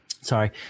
sorry